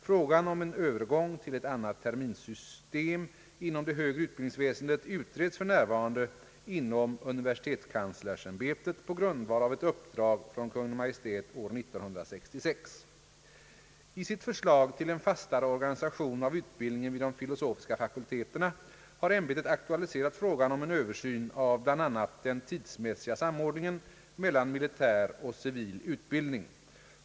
Frågan om en övergång till ett annat terminssystem inom det högre utbildningsväsendet utreds f. n. inom universitetskanslersämbetet på grundval av ett uppdrag från Kungl. Maj:t år 1966. I sitt förslag till en fastare organisation av utbildningen vid de filosofiska fakulteterna har ämbetet aktualiserat frågan om en översyn av bl.a. den tidsmässiga samordningen mellan militär och civil utbildning.